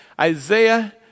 Isaiah